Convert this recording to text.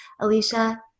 Alicia